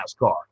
NASCAR